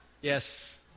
yes